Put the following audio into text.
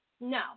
No